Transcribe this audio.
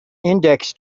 index